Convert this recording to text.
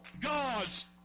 God's